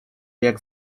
jak